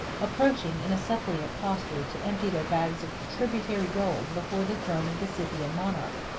approaching in a suppliant posture to empty their bags of tributary gold before the throne of the scythian monarch.